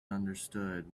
understood